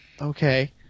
Okay